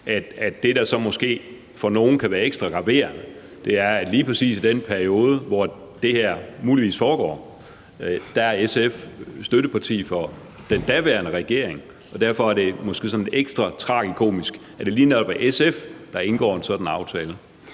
at det, der så måske for nogle kan være ekstra graverende, er, at lige præcis i den periode, hvor det her muligvis foregår, er SF støtteparti for den daværende regering, og derfor er det måske sådan ekstra tragikomisk, at det lige netop er SF, der indgår en sådan aftale?